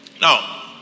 now